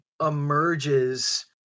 emerges